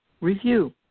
Review